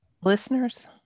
Listeners